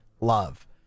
love